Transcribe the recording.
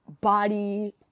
body